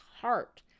heart